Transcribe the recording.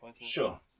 Sure